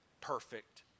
perfect